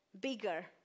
bigger